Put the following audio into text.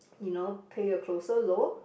you know pay a closer look